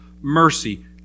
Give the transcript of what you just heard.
mercy